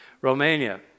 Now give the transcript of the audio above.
Romania